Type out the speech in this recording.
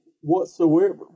whatsoever